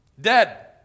Dead